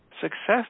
success